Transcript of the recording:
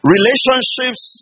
Relationships